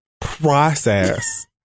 process